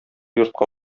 йортка